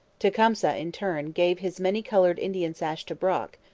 tecumseh, in turn, gave his many-coloured indian sash to brock,